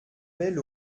belle